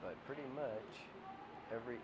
but pretty much every